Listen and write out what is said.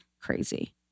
crazy